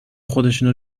خودشونو